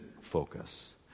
focus